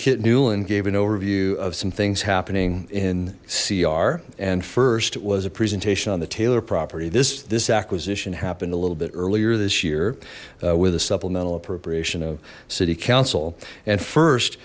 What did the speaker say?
kit newland gave an overview of some things happening in cr and first was a presentation on the taylor property this this acquisition happened a little bit earlier this year with a supplemental appropriation of city council and first